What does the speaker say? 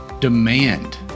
Demand